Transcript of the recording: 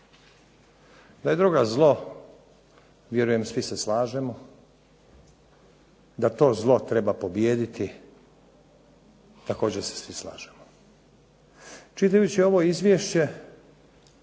Da je droga zlo, vjerujem svi se slažemo. Da to zlo treba pobijediti, također se svi slažemo. Čitajući ovo izvješće